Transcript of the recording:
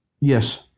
Yes